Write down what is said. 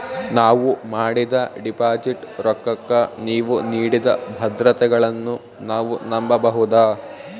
ನಾವು ಮಾಡಿದ ಡಿಪಾಜಿಟ್ ರೊಕ್ಕಕ್ಕ ನೀವು ನೀಡಿದ ಭದ್ರತೆಗಳನ್ನು ನಾವು ನಂಬಬಹುದಾ?